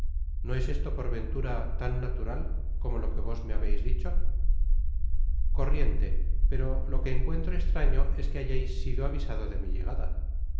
no es esto por ventura tan na tural como lo que vos me habeis dicho corriente pero lo que encuentro estraño es que hayais sido avisado de mi llegada